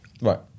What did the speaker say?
right